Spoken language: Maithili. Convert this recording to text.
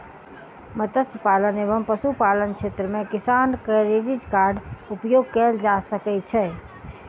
मत्स्य पालन एवं पशुपालन क्षेत्र मे किसान क्रेडिट कार्ड उपयोग कयल जा सकै छै